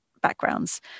backgrounds